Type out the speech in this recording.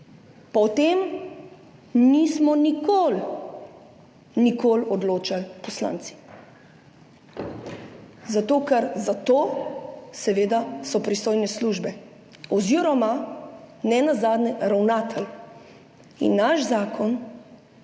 o tem nismo nikoli, nikoli odločali poslanci, zato ker so za to seveda pristojne službe oziroma nenazadnje ravnatelj. In naš zakon